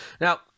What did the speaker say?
now